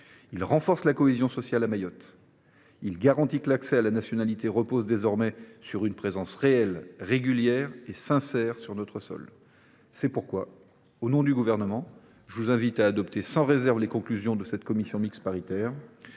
Il renforce la cohésion sociale à Mayotte. Il garantit que l’accès à la nationalité repose désormais sur une présence réelle, régulière et sincère sur notre sol. C’est pourquoi, au nom du Gouvernement, je vous invite à adopter sans réserve les conclusions de la commission mixte paritaire.